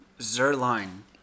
Zerline